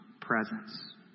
presence